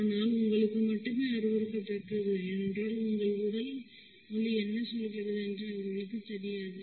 ஆனால் உங்களுக்கு மட்டுமே அருவருக்கத்தக்கது ஏனென்றால் உங்கள் உடல் மொழி என்ன சொல்கிறது என்று அவர்களுக்குத் தெரியாது